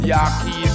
Yaki